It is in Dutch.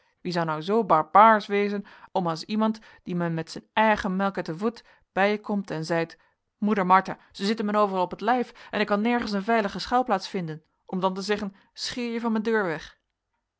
wie zou nou zoo barbaarsch wezen om as iemand dien men met zijn eigen melk het evoed bij je komt en zeit moeder martha ze zitten men overal op het lijf en ik kan nergens een veilige schuilplaats vinden om dan te zeggen scheer je van mijn deur weg